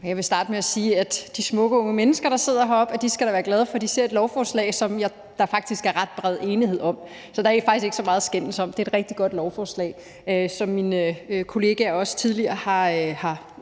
Jeg vil starte med at sige, at de smukke unge mennesker, der sidder deroppe, da skal være glade for, at de ser behandlingen af et lovforslag, som der faktisk er ret bred enighed om, så der er faktisk ikke så meget at skændes om. Det er et rigtig godt lovforslag, og mine kollegaer har også tidligere fortalt